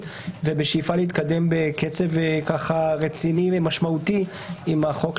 ובשאיפה להתקדם בקצב משמעותי עם החוק,